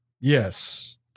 Yes